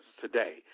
today